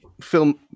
film